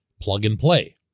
plug-and-play